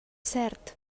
cert